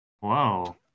Wow